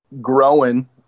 growing